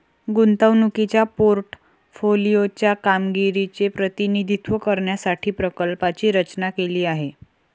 गुंतवणुकीच्या पोर्टफोलिओ च्या कामगिरीचे प्रतिनिधित्व करण्यासाठी प्रकल्पाची रचना केली आहे